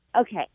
Okay